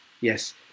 yes